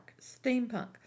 steampunk